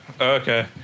okay